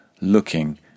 looking